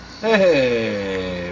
Hey